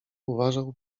uważał